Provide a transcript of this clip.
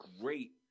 Great